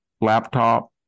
laptop